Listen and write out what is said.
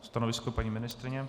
Stanovisko paní ministryně?